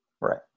Right